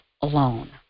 alone